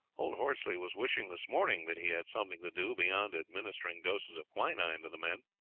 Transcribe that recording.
old horsley was wishing this morning that he had something to do beyond administering doses of quinine to the men.